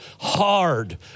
hard